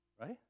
right